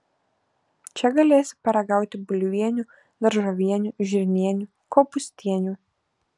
čia galėsi paragauti bulvienių daržovienių žirnienių kopūstienių